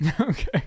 Okay